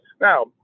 Now